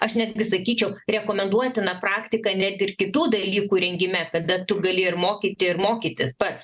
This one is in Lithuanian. aš netgi sakyčiau rekomenduotina praktika net ir kitų dalykų rengime kada tu gali ir mokyti ir mokytis pats